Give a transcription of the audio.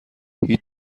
هیچ